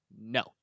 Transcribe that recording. No